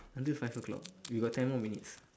until five o'clock we got ten more minutes